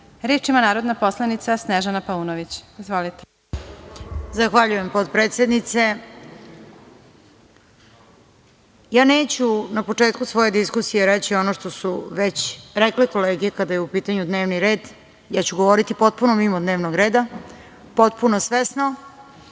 Snežana Paunović. Izvolite. **Snežana Paunović** Zahvaljujem, potpredsednice. Neću na početku svoje diskusije reći ono što su već rekle kolege kada je u pitanju dnevni red, ja ću govoriti potpuno mimo dnevnog reda, potpuno svesno,